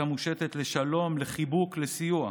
הייתה מושטת לשלום, לחיבוק, לסיוע,